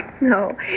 No